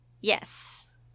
Yes